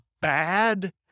bad